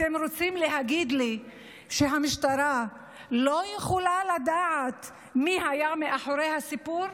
אתם רוצים להגיד לי שהמשטרה לא יכולה לדעת מי היה מאחורי הסיפור?